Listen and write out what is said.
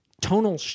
tonal